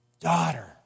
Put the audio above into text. Daughter